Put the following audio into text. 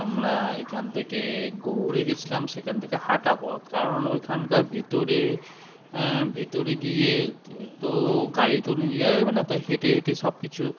আমরা এইখান থেকে গৌড়ে গিয়েছিলাম সেখান থেকে হাঁটা পথ কারণ ওইখানকার ভিতরে ভিতরে গিয়ে তো গাড়ি তো নিয়ে যাওয়া যাবে না তাই হেঁটে হেঁটে সব কিছু